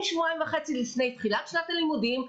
שבועיים וחצי לפני תחילת שנת הלימודים.